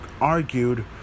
argued